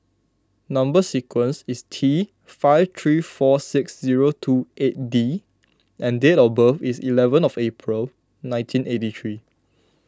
Number Sequence is T five three four six zero two eight D and date of birth is eleven of April nineteen eighty three